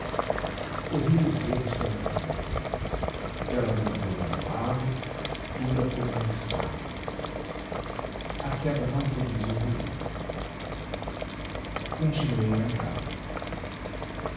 corri lhe os dedos pela cabeça ela desabou para o lado dura como uma estátua a queda não produziu ruído continuei a andar